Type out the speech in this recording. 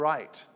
Right